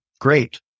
great